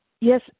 yes